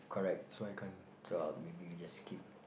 correct so I'll maybe we just skip